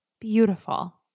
beautiful